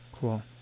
Cool